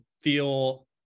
feel